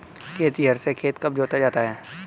खेतिहर से खेत कब जोता जाता है?